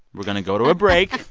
we're going to go to a break.